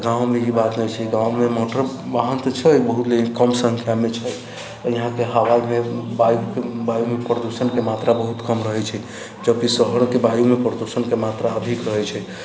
आ गाँवमे ई बात नहि छै गाँवमे मोटर वाहन तऽ छै बहुत लेकिन कम संख्यामे छै यहाँके हवा जे हइ वायुमे प्रदूषणके मात्रा बहुत कम रहैत छै जबकि शहरके वायुमे प्रदूषणके मात्रा अधिक रहैत छै